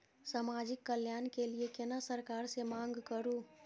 समाजिक कल्याण के लीऐ केना सरकार से मांग करु?